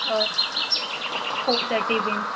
होय फोर थटी बीन